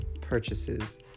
purchases